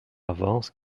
avance